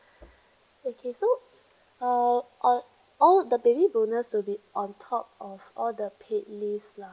okay so uh all all the baby bonus will be on top of all the paid leaves lah